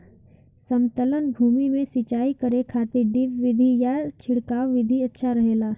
समतल भूमि में सिंचाई करे खातिर ड्रिप विधि या छिड़काव विधि अच्छा रहेला?